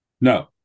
No